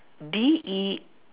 D E